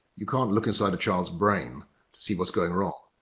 you can't look inside a child's brain to see what's going wrong.